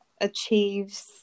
achieves